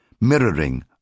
mirroring